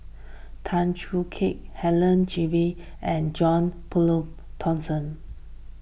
Tan Choo Kai Helen Gilbey and John Turnbull Thomson